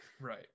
right